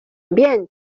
bien